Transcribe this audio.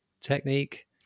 technique